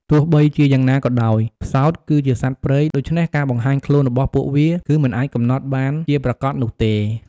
ទោះបីជាយ៉ាងណាក៏ដោយ ផ្សោតគឺជាសត្វព្រៃ ដូច្នេះការបង្ហាញខ្លួនរបស់ពួកវាគឺមិនអាចកំណត់បានជាប្រាកដនោះទេ ។